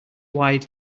wide